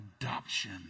adoption